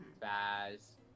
Baz